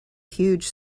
huge